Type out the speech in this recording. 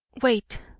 wait,